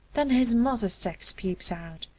then his mother's sex peeps out,